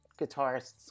guitarists